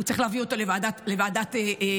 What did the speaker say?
הוא צריך להביא אותו לוועדת הפנים,